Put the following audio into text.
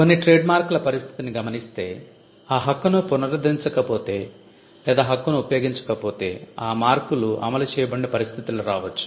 కొన్ని ట్రేడ్మార్క్ ల పరిస్థితిని గమనిస్తే ఆ హక్కును పునరుద్ధరించకపోతే లేదా హక్కును ఉపయోగించకపోతే ఆ మార్కులు అమలు చేయబడని పరిస్థితులు రావచ్చు